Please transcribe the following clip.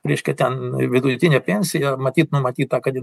reiškia ten vidutinė pensija matyt numatyta kad